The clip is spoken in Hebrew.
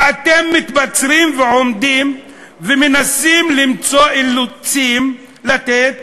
ואתם מתבצרים ועומדים ומנסים למצוא אילוצים לתת